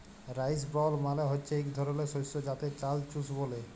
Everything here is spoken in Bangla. রাইস ব্রল মালে হচ্যে ইক ধরলের শস্য যাতে চাল চুষ ব্যলে